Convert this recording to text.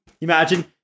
Imagine